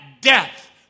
death